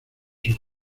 sus